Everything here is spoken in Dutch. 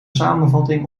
samenvatting